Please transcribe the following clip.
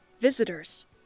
visitors